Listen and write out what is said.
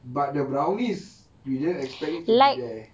but the brownies we didn't expect it to be there